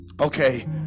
okay